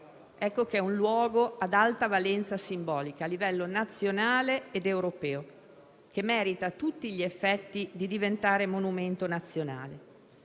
diventa un luogo ad alta valenza simbolica a livello nazionale ed europeo, che merita a tutti gli effetti di diventare monumento nazionale.